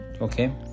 okay